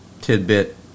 tidbit